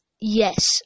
Yes